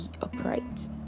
upright